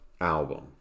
album